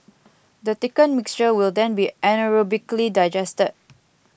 the thickened mixture will then be anaerobically digested